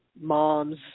mom's